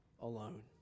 alone